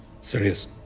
Serious